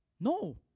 No